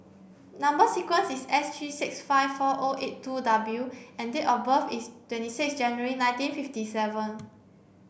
number sequence is S three six five four O eight two W and date of birth is twenty six January nineteen fifty seven